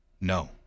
No